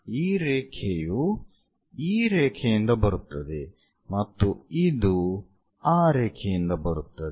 ಈ ರೇಖೆಯು ಈ ರೇಖೆಯಿಂದ ಬರುತ್ತದೆ ಮತ್ತು ಇದು ಆ ರೇಖೆಯಿಂದ ಬರುತ್ತದೆ